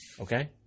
Okay